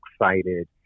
excited